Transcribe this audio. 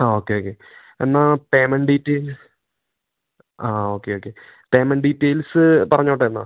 ആ okay okay എന്നാ payment detail ആ ഓക്കെ ഓക്കെ പേമെൻ ഡീറ്റേൽസ് പറഞ്ഞോട്ടെ എന്നാ